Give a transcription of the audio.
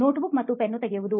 notebook ಮತ್ತು pen ತೆಗೆಯುವುದು